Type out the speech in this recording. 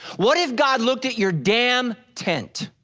what if god looked at your damn tent?